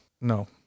No